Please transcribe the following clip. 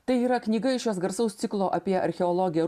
tai yra knyga iš jos garsaus ciklo apie archeologę